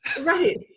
Right